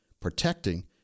protecting